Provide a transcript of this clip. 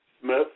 Smith